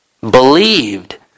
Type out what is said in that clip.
believed